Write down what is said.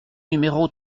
numéro